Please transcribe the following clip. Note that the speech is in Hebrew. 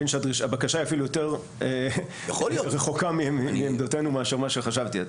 הבקשה היא אפילו יותר רחוקה מעמדתנו מאשר מה שחשבתי.